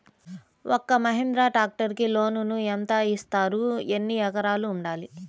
ఒక్క మహీంద్రా ట్రాక్టర్కి లోనును యెంత ఇస్తారు? ఎన్ని ఎకరాలు ఉండాలి?